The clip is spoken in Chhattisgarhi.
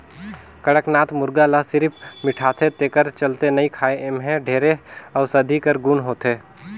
कड़कनाथ मुरगा ल सिरिफ मिठाथे तेखर चलते नइ खाएं एम्हे ढेरे अउसधी कर गुन होथे